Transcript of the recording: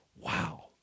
Wow